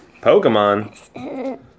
Pokemon